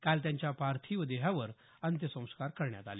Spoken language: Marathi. काल त्यांच्या पार्थिव देहावर अंत्यसंस्कार करण्यात आले